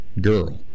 girl